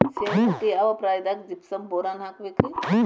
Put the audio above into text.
ಶೇಂಗಾಕ್ಕ ಯಾವ ಪ್ರಾಯದಾಗ ಜಿಪ್ಸಂ ಬೋರಾನ್ ಹಾಕಬೇಕ ರಿ?